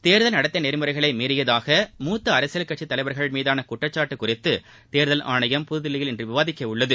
தேர்தல் நடத்தை நெறிமுறைகளை மீறியதாக மூத்த அரசியல் கட்சி தலைவர்கள் மீதான குற்றசாட்டு குறித்து தேர்தல் ஆணையம் புதுதில்லியில் இன்று விவாதிக்க உள்ளது